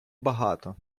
багато